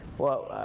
well,